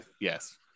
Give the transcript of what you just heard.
yes